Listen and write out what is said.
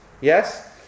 Yes